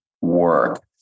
work